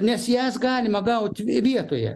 nes jas galima gauti vietoje